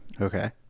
okay